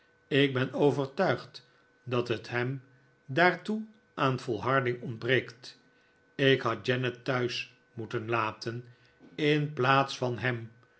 ik ben overtuigd dat het hem daartoe aan volharding ontbreekt ik had janet thuis mpeten laten in plaats van hem